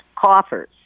coffers